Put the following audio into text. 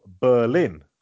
Berlin